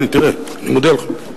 הנה, תראה, אני מודיע לך.